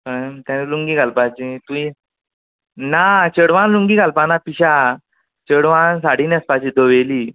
कळ्ळें ताणें लुंगी घालपाची तुवें ना चेडवान लुंगी घालपा ना पिश्या चेडवान साडी न्हेसपाची धवेली